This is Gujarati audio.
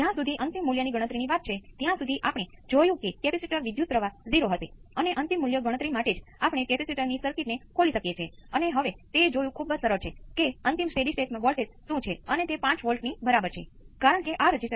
વિદ્યાર્થી એમ્પ્લિટ્યુડ વિદ્યાર્થી અને તે એમ્પ્લિટ્યુડ છે અને argument minus tan inverse ω c R છે